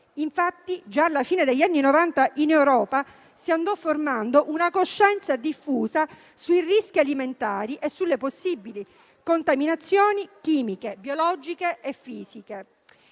Infatti, già alla fine degli anni Novanta in Europa si andò formando una coscienza diffusa sui rischi alimentari e sulle possibili contaminazioni chimiche, biologiche e fisiche.